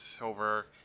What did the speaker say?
over